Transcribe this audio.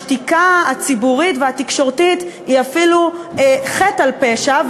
השתיקה הציבורית והתקשורתית היא אפילו הוספת חטא על פשע,